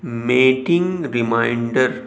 meeting reminder